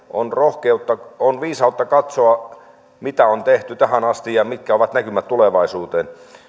on rohkeutta on viisautta katsoa mitä on tehty tähän asti ja mitkä ovat näkymät tulevaisuuteen